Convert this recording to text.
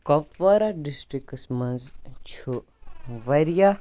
Kupwara districts منٛز چھُ واریاہ